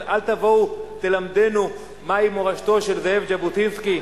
אז אל תבואו ותלמדונו מהי מורשתו של זאב ז'בוטינסקי.